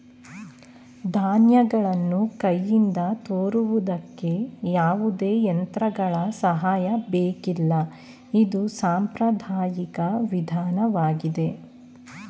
ಧಾನ್ಯಗಳನ್ನು ಕೈಯಿಂದ ತೋರುವುದಕ್ಕೆ ಯಾವುದೇ ಯಂತ್ರಗಳ ಸಹಾಯ ಬೇಕಿಲ್ಲ ಇದು ಸಾಂಪ್ರದಾಯಿಕ ವಿಧಾನವಾಗಿದೆ